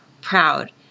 proud